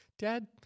Dad